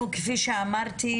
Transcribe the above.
אנחנו כפי שאמרתי,